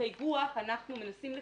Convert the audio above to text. את האיגו"ח אנחנו מנסים לקדם.